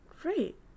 Great